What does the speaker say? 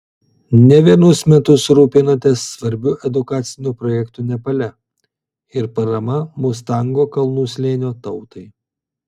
ne vienus metus rūpinatės svarbiu edukaciniu projektu nepale ir parama mustango kalnų slėnio tautai